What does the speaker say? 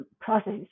process